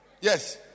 Yes